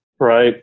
Right